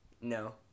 No